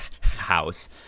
house